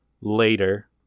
later